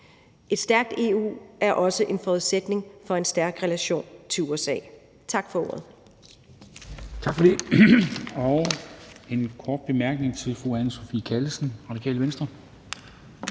Et stærkt EU er også en forudsætning for en stærk relation til USA. Tak for ordet.